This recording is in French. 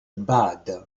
bade